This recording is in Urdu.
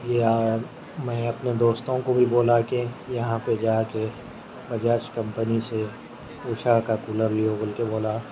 لے آیا میں اپنے دوستوں کو بھی بولا کہ یہاں پہ جا کے بجاج کمپنی سے اوشا کا کولر لیو بول کے بولا